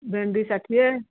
ଭେଣ୍ଡି ଷାଠିଏ